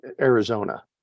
Arizona